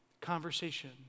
conversation